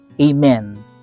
Amen